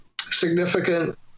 significant